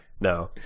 No